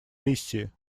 миссии